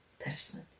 person